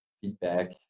feedback